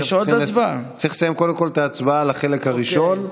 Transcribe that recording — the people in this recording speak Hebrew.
תועבר לדיון בוועדת החוקה,